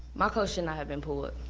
my coach should not have been pulled.